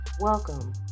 welcome